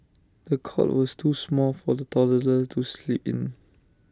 the cot was too small for the toddler to sleep in